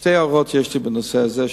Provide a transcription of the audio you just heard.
שתי הערות יש לי בנושא הזה.